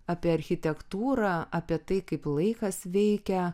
apie architektūrą apie tai kaip laikas veikia